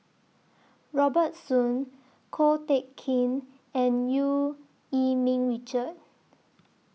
Robert Soon Ko Teck Kin and EU Yee Ming Richard